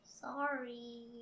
Sorry